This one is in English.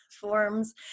forms